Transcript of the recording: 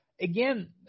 Again